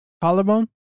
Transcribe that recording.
collarbone